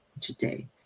today